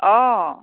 অঁ